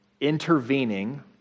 intervening